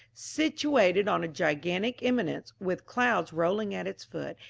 situated on a gigantic eminence, with clouds rolling at its foot,